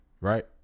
Right